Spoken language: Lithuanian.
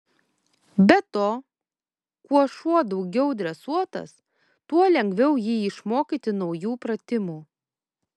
be to kuo šuo daugiau dresuotas tuo lengviau jį išmokyti naujų pratimų